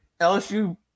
LSU